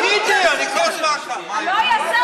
אני, לא היה שר.